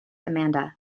amanda